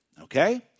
Okay